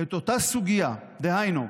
אותה סוגיה, דהיינו,